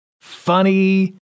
Funny